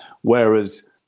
Whereas